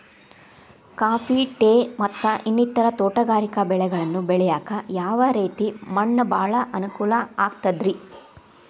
Coffee, tea, ಮತ್ತ ಇನ್ನಿತರ ತೋಟಗಾರಿಕಾ ಬೆಳೆಗಳನ್ನ ಬೆಳೆಯಾಕ ಯಾವ ರೇತಿ ಮಣ್ಣ ಭಾಳ ಅನುಕೂಲ ಆಕ್ತದ್ರಿ?